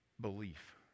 belief